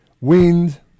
wind